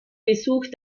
besuch